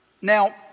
Now